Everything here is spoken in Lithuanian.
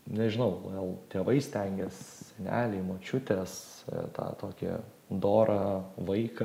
nežinau gal tėvai stengės seneliai močiutės tą tokį dorą vaiką